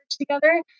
together